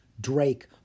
Drake